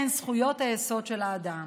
אלה הן זכויות היסוד של האדם.